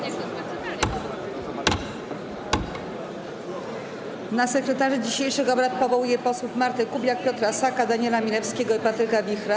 Na sekretarzy dzisiejszych obrad powołuję posłów Martę Kubiak, Piotra Saka, Daniela Milewskiego i Patryka Wichra.